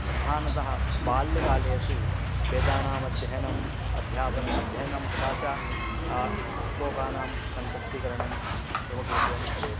प्रधानतः बाल्यकालेषु वेदानाम् अध्ययनम् अध्यापनम् अध्ययनं तथा च श्लोकानां कण्ठस्थीकरणं प्रमुखरूपेण भवेत्